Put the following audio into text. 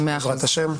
בעזרת השם.